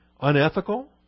Unethical